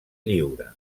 lliure